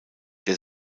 der